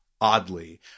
Oddly